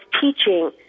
teaching